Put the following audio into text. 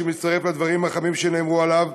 שאני מצטרף לדברים החמים שנאמרו עליו,